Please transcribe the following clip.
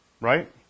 right